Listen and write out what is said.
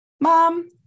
mom